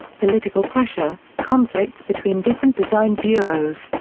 political pressure, conflicts between different design bureaus,